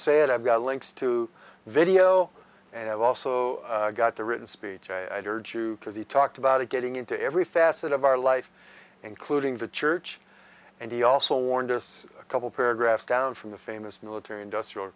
say it i've got links to video and i've also got the written speech i'd urge you because he talked about it getting into every facet of our life including the church and he also warned us a couple paragraphs down from the famous military industrial